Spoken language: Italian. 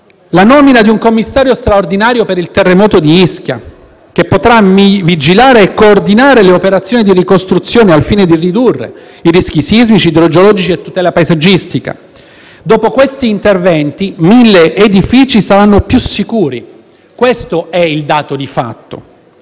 la nomina di un Commissario straordinario per il terremoto di Ischia, che potrà vigilare e coordinare le operazioni di ricostruzione al fine di ridurre i rischi sismici, idrogeologici e occuparsi della tutela paesaggistica. Dopo questi interventi 1.000 edifici saranno più sicuri: questo è il dato di fatto.